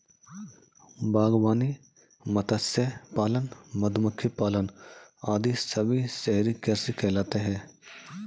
बागवानी, मत्स्य पालन, मधुमक्खी पालन आदि सभी शहरी कृषि कहलाते हैं